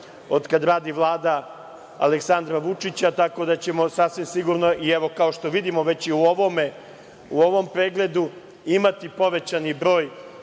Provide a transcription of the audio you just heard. otkad radi Vlada Aleksandra Vučića, tako da ćemo sasvim sigurno, i evo, kao što vidimo već i u ovom pregledu, imati povećani broj